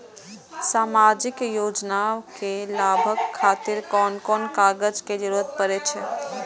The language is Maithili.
सामाजिक योजना के लाभक खातिर कोन कोन कागज के जरुरत परै छै?